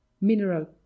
Mineral